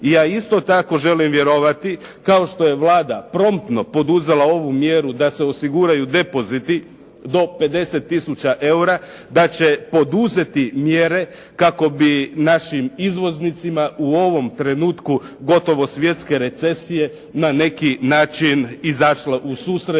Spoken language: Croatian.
Ja isto tako želim vjerovati kao što je Vlada promptno poduzela ovu mjeru da se osiguraju depoziti do 50 tisuće eura, da će poduzeti mjere kako bi našim izvoznicima u ovom trenutku gotovo svjetske recesije na neki način izašla u susret